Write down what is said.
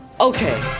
okay